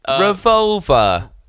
revolver